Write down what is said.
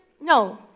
no